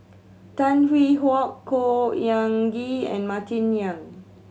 Tan Hwee Hock Khor Ean Ghee and Martin Yan